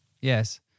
yes